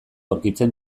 aurkitzen